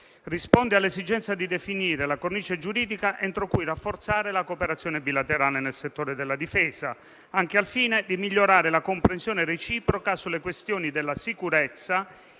Risponde all'esigenza di definire la cornice giuridica entro cui rafforzare la cooperazione bilaterale nel settore della difesa, anche al fine di migliorare la comprensione reciproca sulle questioni della sicurezza,